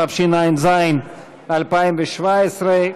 התשע"ז 2017,